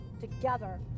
together